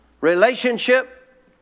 relationship